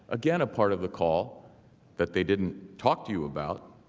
again a part of the call that they didn't talk to you about,